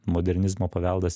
modernizmo paveldas